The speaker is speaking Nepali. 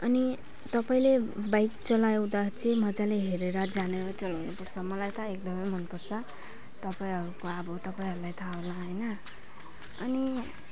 अनि तपाईँले बाइक चलाउँदा चाहिँ मजाले हेरेर जानेर चलाउनुपर्छ मलाई त एकदमै मन पर्छ तपाईँहरूको अब तपाईँहरूलाई थाहा होला हैन अनि